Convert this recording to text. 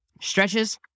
Stretches